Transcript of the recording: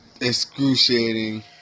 excruciating